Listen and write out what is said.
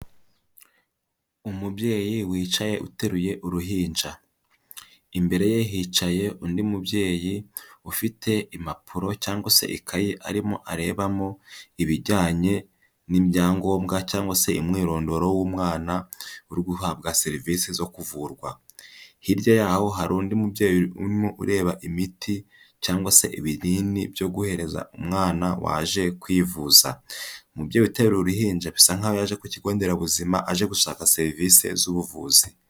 Umubyeyi wicaye uteruye uruhinja, imbereye hicaye undi mubyeyi ufite impapuro cyangwase ikaye arimo arebamo ibijyanye n'ibyangombwa cyangwase umwirondoro w'umwana uri guhabwa serivisi zo kuvurwa, hirya yaho hari undi mubyeyi urimo ureba imiti cyangwase ibinini byo guhereza umwana waje kwivuza, umubyeyi uteruye uruhinja bisa nk'aho yaje ku kigo nderabuzima aje gushaka serivisi z'ubuvuzi.